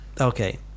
Okay